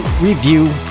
review